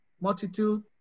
multitude